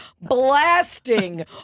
blasting